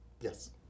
Yes